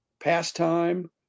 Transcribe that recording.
Pastime